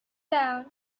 down